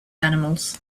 animals